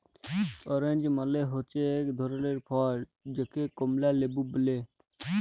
orange মালে হচ্যে এক ধরলের ফল যাকে কমলা লেবু ব্যলে